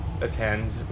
attend